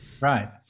right